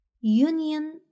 union